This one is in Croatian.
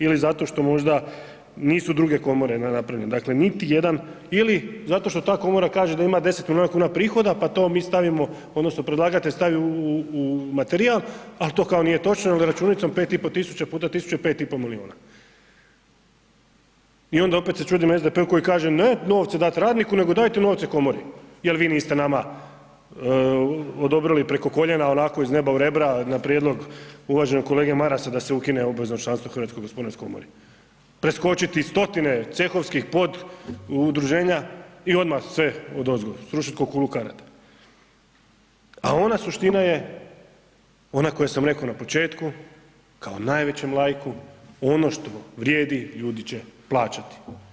Ili zato što možda nisu druge komore napredne dakle niti jedan ili zato što ta komora kaže da ima 10 milijuna kuna prihoda, pa to mi stavimo odnosno predlagatelj stavi u materijal, al to kao nije točno jel računicom pet i po tisuća puta tisuću je pet i po milijuna i onda opet se čudimo SDP-u koji kaže ne novce dat radniku, nego dajte novce komori jel vi niste nama odobrili preko koljena onako iz neba u rebra na prijedlog uvaženog kolege Marasa da se ukine obvezno članstvo u HGK-u, preskočiti stotine cehovskih pod udruženja i odmah sve odozgo srušit ko kulu karata, a ona suština je ona koju sam rekao na početku, kao najvećem laiku, ono što vrijedi ljudi će plaćati.